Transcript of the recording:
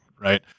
Right